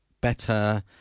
better